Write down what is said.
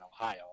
ohio